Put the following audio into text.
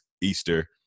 Easter